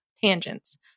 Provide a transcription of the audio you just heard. tangents